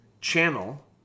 channel